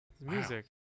Music